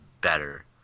better